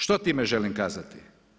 Što time želim kazati?